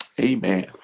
Amen